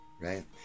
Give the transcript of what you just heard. right